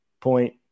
point